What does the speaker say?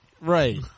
Right